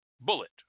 bullet